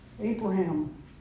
Abraham